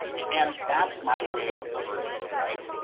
and that's my way of purging, right?